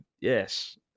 yes